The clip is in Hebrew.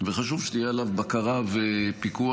וחשוב שיהיו עליו בקרה ופיקוח.